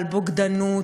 על בוגדנות,